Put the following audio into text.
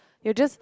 you're just